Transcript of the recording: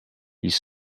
ils